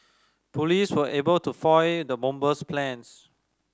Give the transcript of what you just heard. police were able to foil the bomber's plans